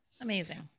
amazing